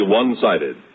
one-sided